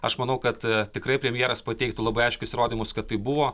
aš manau kad tikrai premjeras pateiktų labai aiškius įrodymus kad tai buvo